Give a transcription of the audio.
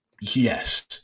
Yes